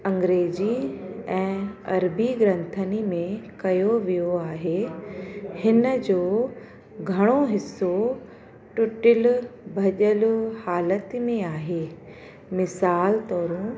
अंग्रेजी ऐं अर्बी ग्रंथनी में कयो वियो आहे हिन जो घणो हिसो टुटिल भॼल हालति में आहे मिसालु तौरु